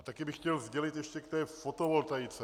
A taky bych chtěl sdělit ještě k té fotovoltaice.